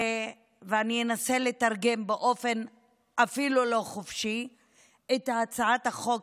ואני אנסה לתרגם באופן אפילו לא חופשי את הצעת החוק